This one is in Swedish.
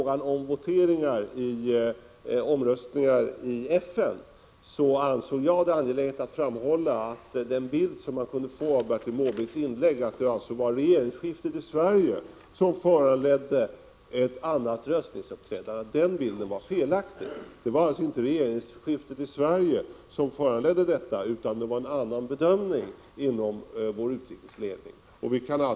Beträffande omröstningarna i FN ansåg jag det angeläget att framhålla att man av Bertil Måbrinks inlägg kunde få bilden att det var regeringsskiftet i Sverige som föranlett ett annat röstningsuppträdande. Den bilden är felaktig. Det var alltså inte regeringsskiftet i Sverige som föranledde detta, utan det var en annan bedömning inom vår utrikesledning.